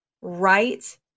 right